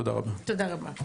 תודה רבה.